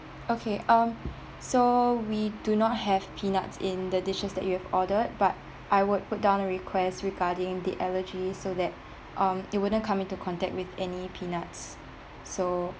okay um so we do not have peanuts in the dishes that you've ordered but I would put down a request regarding the allergy so that um it wouldn't come into contact with any peanuts so